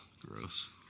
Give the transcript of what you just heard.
gross